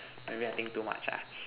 maybe I think too much ah